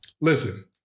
Listen